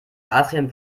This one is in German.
adrian